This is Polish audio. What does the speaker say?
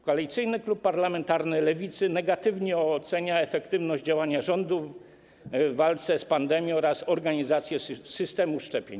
Koalicyjny Klub Parlamentarny Lewicy negatywnie ocenia efektywność działania rządu w walce z pandemią oraz organizację systemu szczepień.